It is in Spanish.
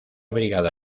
brigada